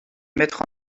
mettre